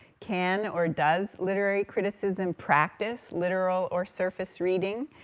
can or does literary criticism practice literal or surface reading?